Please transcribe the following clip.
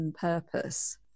purpose